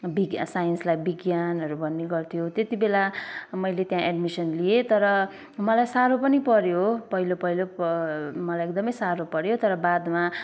विज्ञा साइन्सलाई विज्ञानहरू भन्ने गर्थ्यो त्यति बेला मैले त्यहाँ एड्मिसन लिएँ तर मलाई सारो पनि पर्यो पहिलो पहिलो ब मलाई एकदमै सारो पर्यो तर बादमा